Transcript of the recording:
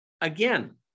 Again